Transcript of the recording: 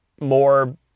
more